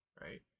right